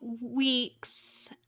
weeks